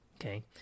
Okay